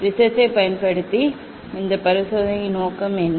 ப்ரிஸத்தைப் பயன்படுத்தி இந்த சோதனைகளின் நோக்கம் என்ன